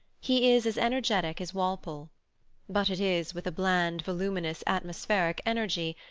he is as energetic as walpole but it is with a bland, voluminous, atmospheric energy,